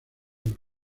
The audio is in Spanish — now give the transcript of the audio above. del